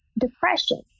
depression